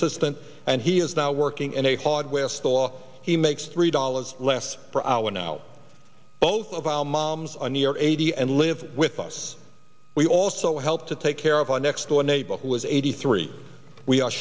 assistant and he is now working in a hardware store he makes three dollars less per hour now both of our moms are new york eighty and live with us we also help to take care of our next door neighbor who is eighty three we are